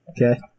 Okay